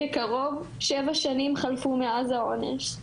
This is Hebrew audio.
בקרוב שבע שנים חלפו מאז האונס,